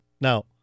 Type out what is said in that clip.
Now